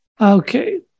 Okay